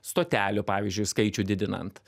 stotelių pavyzdžiui skaičių didinant